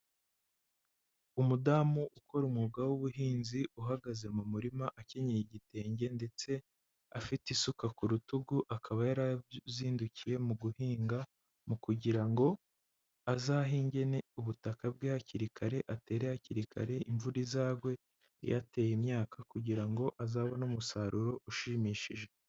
Umudamu ukora umwuga w'ubuhinzi, uhagaze mu murima akenyeye igitenge, ndetse afite isuka ku rutugu, akaba yari azindukiye mu guhinga, kugira ngo azahinge neza ubutaka bwe hakiri kare, atere hakiri kare, imvura izagwe yateye imyaka, kugira ngo azabone umusaruro ushimishije.